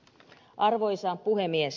arvoisa puhemies